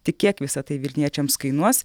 tik kiek visa tai vilniečiams kainuos